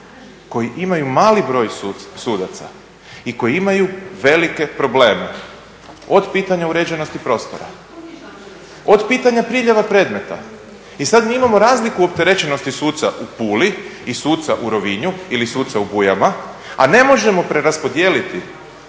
koji imaju mali broj sudaca i koji imaju velike probleme. Od pitanja uređenosti prostora, od pitanja priljeva predmeta. I sad mi imamo razliku opterećenosti suca u Puli i suca u Rovinju ili suca u Bujama a ne možemo preraspodijeliti